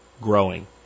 growing